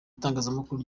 itangazamakuru